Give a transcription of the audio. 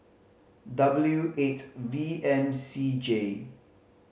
W eight V M C J